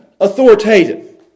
authoritative